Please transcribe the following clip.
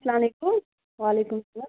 سلامُ علیکُم وعلیکُم سلام